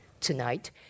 tonight